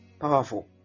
powerful